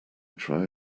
try